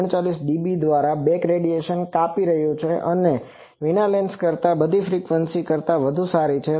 39 dB દ્વારા back radiation કાપી રહ્યું છે અને તે વિના લેન્સ કરતા બધી ફ્રીક્વન્સીઝ કરતા વધુ સારી છે